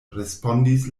respondis